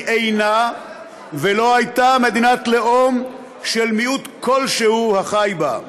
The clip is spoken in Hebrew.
היא אינה ולא הייתה מדינת לאום של מיעוט כלשהו החי בה.